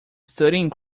studying